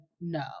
no